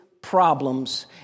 problems